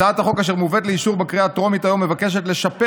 הצעת החוק אשר מובאת לאישור בקריאה הטרומית היום מבקשת לשפר